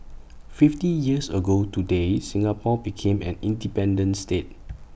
fifty years ago today Singapore became an independent state